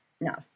no